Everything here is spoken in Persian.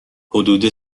حدود